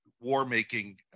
war-making